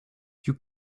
you